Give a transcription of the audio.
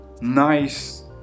nice